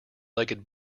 legged